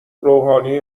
روحانی